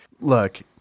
look